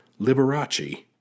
Liberace